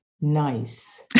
nice